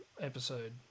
episode